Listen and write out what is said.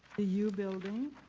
the u building